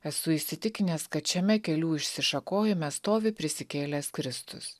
esu įsitikinęs kad šiame kelių išsišakojime stovi prisikėlęs kristus